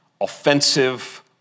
offensive